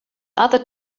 other